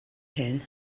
hyn